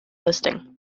listing